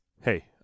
hey